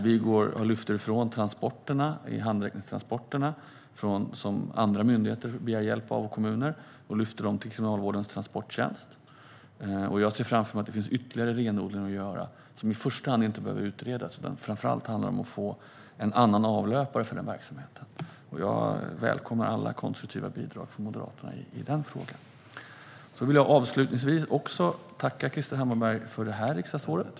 Vi lyfter handräckningstransporterna från andra myndigheter och kommuner till Kriminalvårdens transporttjänst. Jag ser framför mig att det finns ytterligare renodling att göra som i första hand inte behöver utredas, utan som framför allt handlar om att få en annan avlöpare för den verksamheten. Jag välkomnar alla konstruktiva bidrag från Moderaterna i den frågan. Sedan vill jag avslutningsvis tacka Krister Hammarbergh för det här riksdagsåret.